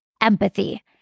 empathy